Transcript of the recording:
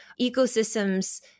ecosystems